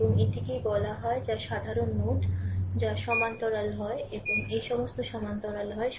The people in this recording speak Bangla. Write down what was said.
এবং এটাকেই বলা হয় যা সাধারণ নোড সব সমান্তরাল হয় এই সব সমান্তরাল হয়